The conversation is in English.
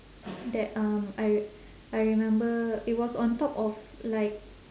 that um I I remember it was on top of like